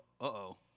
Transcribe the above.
uh-oh